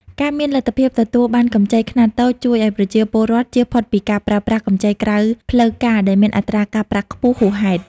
ការមានលទ្ធភាពទទួលបានកម្ចីខ្នាតតូចជួយឱ្យប្រជាពលរដ្ឋចៀសផុតពីការប្រើប្រាស់កម្ចីក្រៅផ្លូវការដែលមានអត្រាការប្រាក់ខ្ពស់ហួសហេតុ។